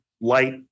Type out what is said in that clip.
light